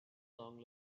long